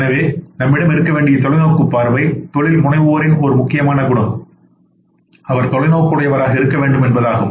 எனவே நம்மிடம் இருக்க வேண்டிய தொலைநோக்குபார்வை தொழில்முனைவோரின் ஒரு முக்கியமான குணம் அவர் தொலைநோக்குடையவராக இருக்க வேண்டும் என்பதாகும்